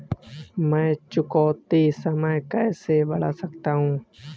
मैं चुकौती समय कैसे बढ़ा सकता हूं?